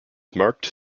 marked